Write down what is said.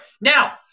Now